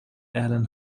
allen